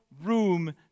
room